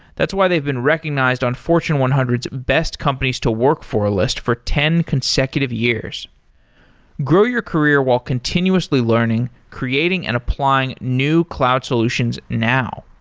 that's why they've been recognized on fortune one hundred s best companies to work for list for ten consecutive years grow your career while continuously learning, creating and applying new cloud solutions now.